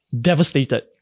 devastated